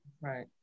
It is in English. Right